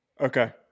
Okay